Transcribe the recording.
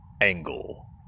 Angle